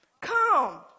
come